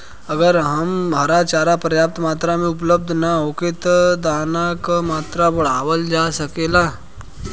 अगर हरा चारा पर्याप्त मात्रा में उपलब्ध ना होखे त का दाना क मात्रा बढ़ावल जा सकेला?